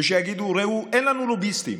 ויגידו: ראו, אין לנו לוביסטים,